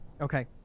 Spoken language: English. Okay